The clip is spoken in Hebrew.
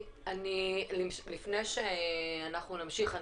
לפני שנמשיך,